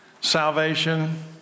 Salvation